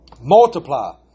multiply